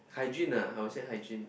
hygiene ah I would say hygiene